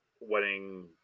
wedding